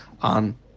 on